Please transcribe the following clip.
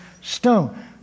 stone